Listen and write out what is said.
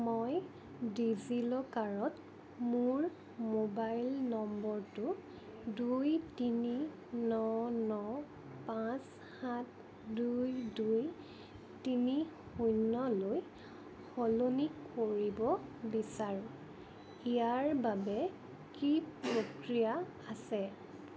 মই ডিজিলকাৰত মোৰ মোবাইল নম্বৰটো দুই তিনি ন ন পাঁচ সাত দুই দুই তিনি শূন্যলৈ সলনি কৰিব বিচাৰোঁ ইয়াৰ বাবে কি প্ৰক্ৰিয়া আছে